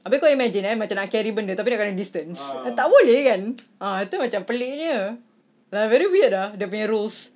habis kau imagine eh macam nak carry benda tapi nak kena distance uh tak boleh kan very weird lah dia punya rules